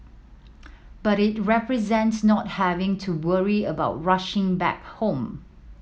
but it represented not having to worry about rushing back home